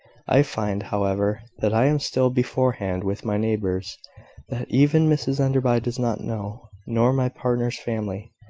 i find, however, that i am still beforehand with my neighbours that even mrs enderby does not know, nor my partner's family.